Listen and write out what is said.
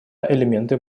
элементы